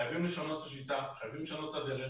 חייבים לשנות את השיטה, חייבים לשנות את הדרך,